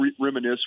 reminisce